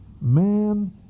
man